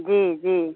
जी जी